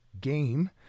game